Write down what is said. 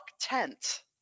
tent